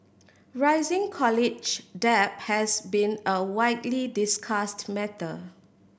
rising college debt has been a widely discussed matter